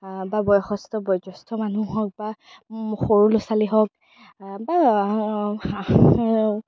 বা বয়সস্থ বয়োজ্যেষ্ঠ মানুহ হওক বা সৰু ল'ৰা ছোৱালী হওক বা